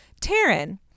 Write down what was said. Taryn